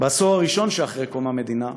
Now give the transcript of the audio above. בעשור הראשון שאחרי קום המדינה,